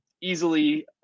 easily